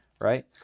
right